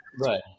Right